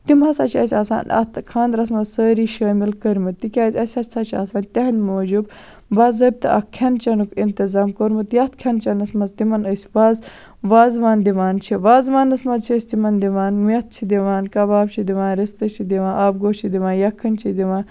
تِم ہسا چھِ اَسہِ آسان اَتھ خاندرَس منٛز سٲری شٲمِل کٔرمٕتۍ تِکیازِ اَسہِ ہسا چھُ آسان تِہِندِ موٗجوٗب باضٲبطہٕ اکھ کھٮ۪ن چینُک اکھ اِنتِظام کوٚرمُت یَتھ کھٮ۪ن چٮ۪نَس منٛز تِمن أسۍ واز وازوان دِوان چھِ وازوانَس منٛز چھِ أسۍ تِمن دِوان میتھٕ چھِ دِوان کَباب چھِ دِوان رِستہٕ چھِ دِوان آبہٕ گوش چھِ دِوان یَخٔنۍ چھِ دِوان